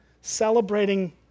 celebrating